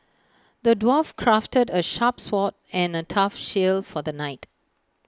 the dwarf crafted A sharp sword and A tough shield for the knight